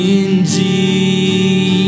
indeed